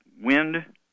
Wind